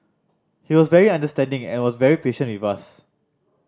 he was very understanding and was very patient with us